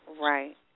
right